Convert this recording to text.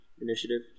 initiative